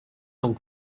donc